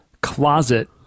Closet